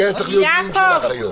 כי היה צריך להיות דיון שלך היום.